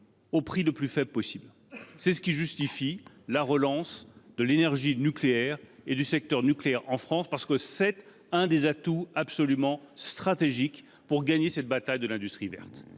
au prix le plus faible possible. C'est ce qui justifie la relance du secteur nucléaire en France, qui est un atout absolument stratégique pour gagner cette bataille de l'industrie verte.